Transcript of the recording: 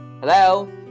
Hello